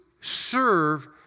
serve